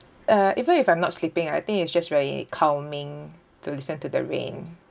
uh even if I'm not sleeping I think it's just very calming to listen to the rain